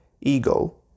ego